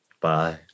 Bye